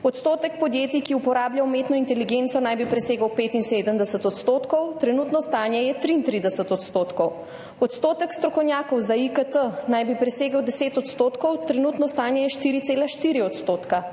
odstotek podjetij, ki uporablja umetno inteligenco, naj bi presegel 75 %, trenutno stanje je 33 %; odstotek strokovnjakov za IKT naj bi presegel 10 %, trenutno stanje je 4,4 %; odstotek